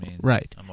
Right